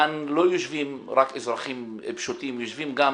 כאן לא יושבים רק אזרחים פשוטים, יושבים גם